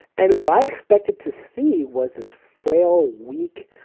and what i expected to see was this frail, weak,